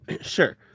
sure